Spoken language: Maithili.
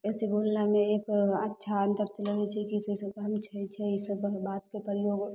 अएसे बोललामे एक अच्छा अन्दरसे लागै छै कि ईसब बातके प्रयोग